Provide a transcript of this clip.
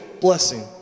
blessing